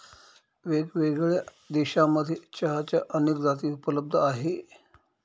वेगळ्यावेगळ्या देशांमध्ये चहाच्या अनेक जाती उपलब्ध आहे